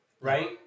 right